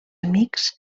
amics